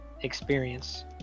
experience